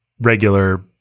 regular